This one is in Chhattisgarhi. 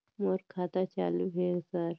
मोर खाता चालु हे सर?